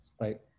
right